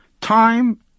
Time